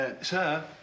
Sir